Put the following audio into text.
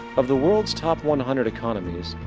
of the world's top one hundred economies,